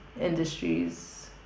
industries